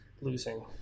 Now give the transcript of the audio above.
losing